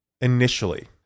initially